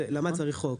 למה צריך חוק?